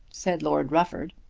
said lord rufford.